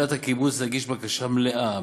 אגודת הקיבוץ להגיש בקשה מלאה,